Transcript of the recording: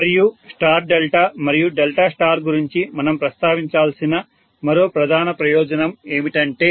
మరియు star delta మరియు delta star గురించి మనం ప్రస్తావించాల్సిన మరో ప్రధాన విషయం ఏమిటంటే